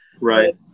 Right